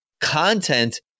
content